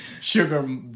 sugar